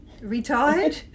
retired